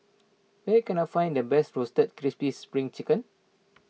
where can I find the best Roasted Crispy Spring Chicken